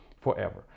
forever